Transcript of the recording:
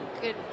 good